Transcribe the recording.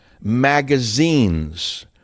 magazines